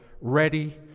ready